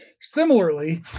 Similarly